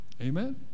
Amen